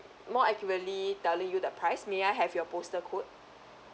more accurately telling you the price may I have your postal code